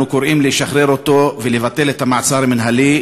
אנחנו קוראים לשחרר אותו ולבטל את המעצר המינהלי.